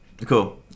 Cool